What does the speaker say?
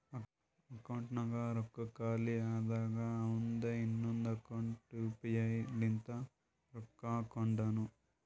ಅಕೌಂಟ್ನಾಗ್ ರೊಕ್ಕಾ ಖಾಲಿ ಆದಾಗ ಅವಂದೆ ಇನ್ನೊಂದು ಅಕೌಂಟ್ಲೆ ಯು ಪಿ ಐ ಲಿಂತ ರೊಕ್ಕಾ ಹಾಕೊಂಡುನು